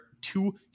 two